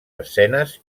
escenes